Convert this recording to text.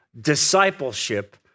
discipleship